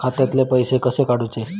खात्यातले पैसे कसे काडूचे?